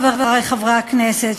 חברי חברי הכנסת,